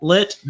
Let